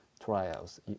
trials